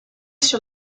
sur